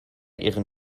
ihren